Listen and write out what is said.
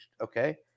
Okay